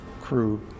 crew